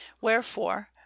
wherefore